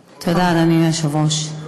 תודה, אדוני היושב-ראש.